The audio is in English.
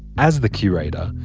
as the curator,